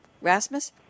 Rasmus